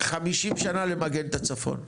50 שנים למגן את הצפון.